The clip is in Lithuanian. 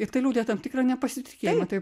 ir tai liudija tam tikrą nepasitikėjimą tai